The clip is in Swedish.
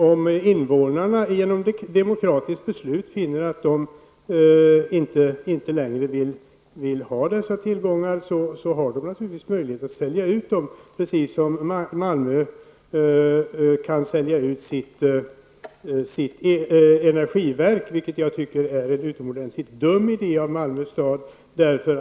Om invånarna genom ett demokratiskt beslut finner att de inte längre vill ha dessa tillgångar har de självfallet möjlighet att sälja ut dem, precis som Malmö kan sälja ut sitt energiverk, vilket jag anser är en utomordentligt dum idé av Malmö stad.